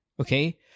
Okay